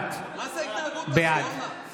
ניר ברקת, בעד מה?